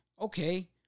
okay